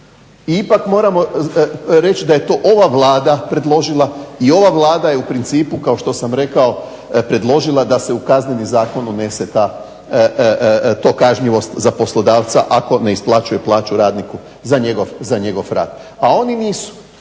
I ipak moramo reći da je to ova Vlada predložila i ova Vlada je u principu kao što sam rekao predložila da se u Kazneni zakon unese ta kažnjivost za poslodavca ako ne isplaćuje plaću radniku za njegov rad. A oni nisu,